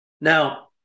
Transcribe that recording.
Now